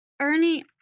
Ernie